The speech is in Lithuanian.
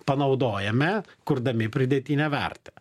panaudojame kurdami pridėtinę vertę